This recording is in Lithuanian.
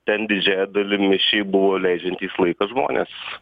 ten didžiąja dalimi šiaip buvo leidžiantys laiką žmonės